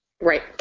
Right